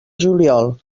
juliol